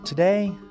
Today